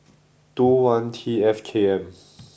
two one T F K M